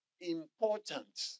important